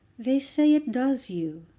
they say it does, hugh.